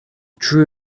drew